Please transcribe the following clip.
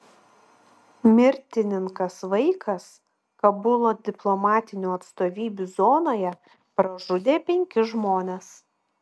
mirtininkas vaikas kabulo diplomatinių atstovybių zonoje pražudė penkis žmones